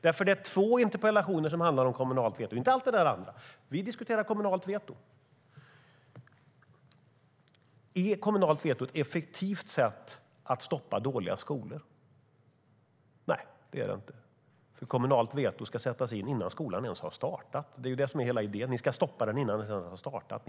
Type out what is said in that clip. Det är två interpellationer som handlar om kommunalt veto, inte allt det andra. Vi diskuterar kommunalt veto. Är kommunalt veto ett effektivt sätt att stoppa dåliga skolor? Nej, det är det inte. Kommunalt veto ska nämligen sättas in innan skolan ens har startat. Det är det som är hela idén. Ni ska stoppa den innan den ens har startat.